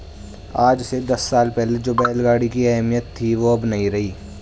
आज से दस साल पहले जो बैल गाड़ी की अहमियत थी वो अब नही रही